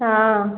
हाँ